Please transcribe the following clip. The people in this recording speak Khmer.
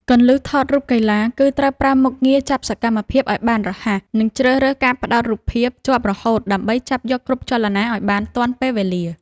គន្លឹះថតរូបកីឡាគឺត្រូវប្រើមុខងារចាប់សកម្មភាពឱ្យបានរហ័ស និង ជ្រើសរើសការផ្ដោតរូបភាពជាប់រហូតដើម្បីចាប់យកគ្រប់ចលនាឱ្យបានទាន់ពេលវេលា។